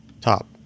top